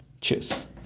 Cheers